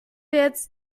jetzt